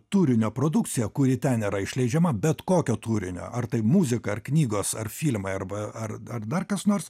turinio produkcija kuri ten yra išleidžiama bet kokio turinio ar tai muzika ar knygos ar filmai arba ar ar dar kas nors